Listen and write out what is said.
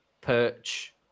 Perch